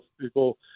people